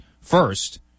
first